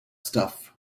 stuff